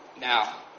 Now